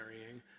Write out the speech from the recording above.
carrying